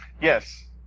Yes